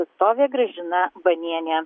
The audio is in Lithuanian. atstovė gražina banienė